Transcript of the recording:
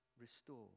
restore